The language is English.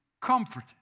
comforted